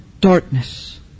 darkness